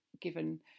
given